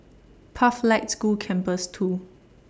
Pathlight School Campus two